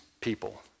people